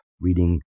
reading